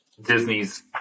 Disney's